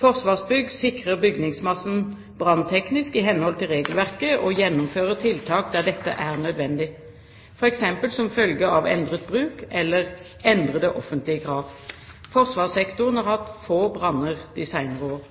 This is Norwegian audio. Forsvarsbygg sikrer bygningsmassen brannteknisk i henhold til regelverket og gjennomfører tiltak der dette er nødvendig, f.eks. som følge av endret bruk eller endrede offentlige krav. Forsvarssektoren har hatt få branner de senere år.